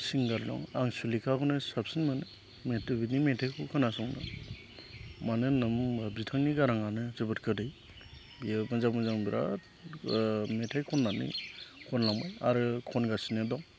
सिंगार दं आं सुलेखाखौनो साबसिन मोनो बिनि मेथाइखौ खोनासंनो मानो होनना बुङोब्ला बिथांनि गाराङानो जोबोद गोदै बियो मोजां मोजां बिराद मेथाइ खननानै खनलांबाय आरो खनगासिनो दं